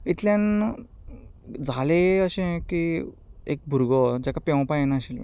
इतल्यान जालें अशें की एक भुरगो जाका पेंवपाक येनाशिल्लें